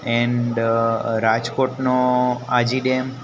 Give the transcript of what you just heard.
and રાજકોટનો Aji dam